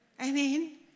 Amen